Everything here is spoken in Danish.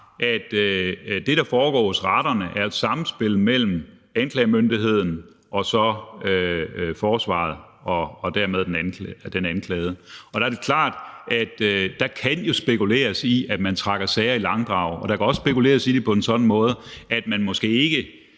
at det, der foregår i retterne, er et samspil mellem anklagemyndigheden og forsvaret og dermed den anklagede, og der er det klart, at der kan spekuleres i, at man trækker sager i langdrag, og der kan også spekuleres i det på en sådan måde, at der måske ikke